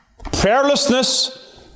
Prayerlessness